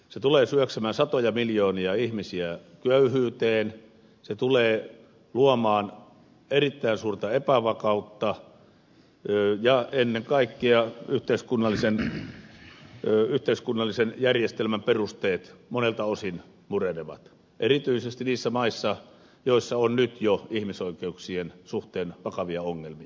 se tulee syöksemään satoja miljoonia ihmisiä köyhyyteen se tulee luomaan erittäin suurta epävakautta ja ennen kaikkea yhteiskunnallisen järjestelmän perusteet monelta osin murenevat erityisesti niissä maissa joissa on nyt jo ihmisoikeuksien suhteen vakavia ongelmia